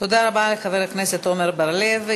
תודה רבה לחבר הכנסת עמר בר-לב.